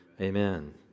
Amen